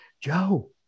joe